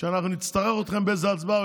כשאנחנו נצטרך אתכם באיזו הצבעה,